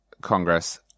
Congress